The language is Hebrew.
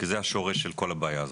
כי זה השורש של כל הבעיה הזאת.